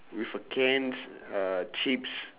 with a cans uh chips